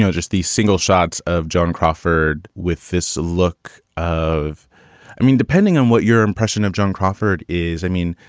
so just these single shots of joan crawford with this look of i mean, depending on what your impression of joan crawford is, i mean,